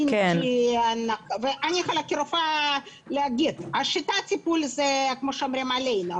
אני יכולה להגיד כרופאה ששיטת הטיפול היא עלינו,